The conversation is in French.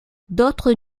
d’autres